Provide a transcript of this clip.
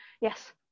yes